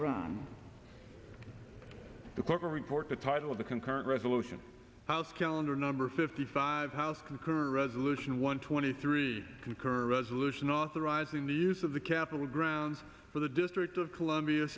on the court a report the title of the concurrent resolution house calendar number fifty five house quicker resolution one twenty three concur resolution authorizing the use of the capitol grounds for the district of columbia